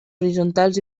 horitzontals